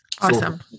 awesome